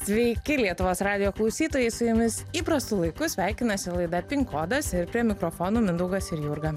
sveiki lietuvos radijo klausytojai su jumis įprastu laiku sveikinasi laida pin kodas ir prie mikrofonų mindaugas ir jurga